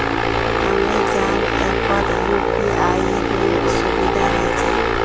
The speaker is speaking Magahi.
अमेजॉन ऐपत यूपीआईर सुविधा ह छेक